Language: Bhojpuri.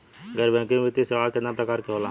गैर बैंकिंग वित्तीय सेवाओं केतना प्रकार के होला?